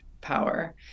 power